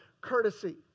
courtesy